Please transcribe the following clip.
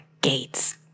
gates